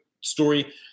story